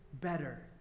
better